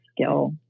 skill